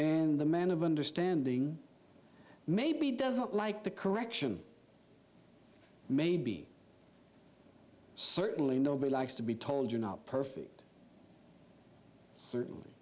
and the man of understanding maybe doesn't like the correction maybe certainly nobody likes to be told you're not perfect certainly